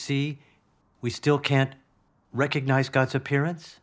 see we still can't recognize guts appearance